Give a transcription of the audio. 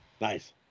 Nice